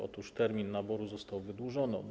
Otóż termin naboru został wydłużony.